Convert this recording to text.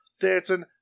dancing